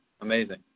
Amazing